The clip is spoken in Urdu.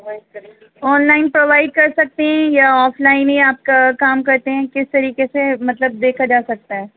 آن لائن پرووائڈ کر سکتے ہیں یا آف لائن ہی آپ کا کام کرتے ہیں کس طریقے سے مطلب دیکھا جا سکتا ہے